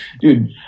dude